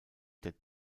der